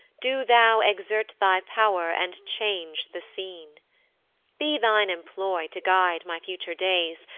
do thou exert thy pow'r, and change the scene be thine employ to guide my future days,